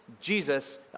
Jesus